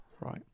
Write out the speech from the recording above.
right